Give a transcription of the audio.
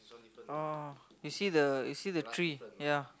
oh you see the you see the tree ya